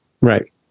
Right